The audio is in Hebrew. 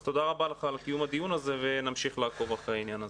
תודה רבה לך על קיום הדיון הזה ונמשיך לעקוב אחרי העניין הזה.